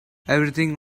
everything